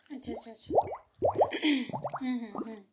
ଆଛା ଆଛା ଆଛା ହୁଁ ହୁଁ ହୁଁ